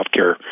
healthcare